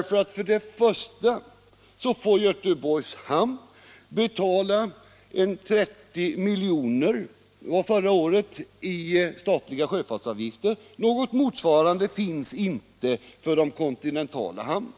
För det första får Göteborgs hamn betala 30 milj.kr. — det var förra årets siffra — i statliga sjöfartsavgifter. Något motsvarande finns inte för de kontinentala hamnarna.